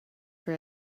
for